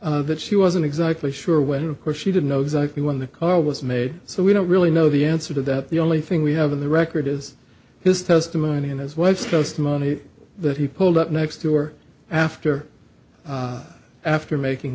testified that she wasn't exactly sure whether of course she didn't know exactly when the call was made so we don't really know the answer to that the only thing we have in the record is his testimony and his wife's coast money that he pulled up next door after after making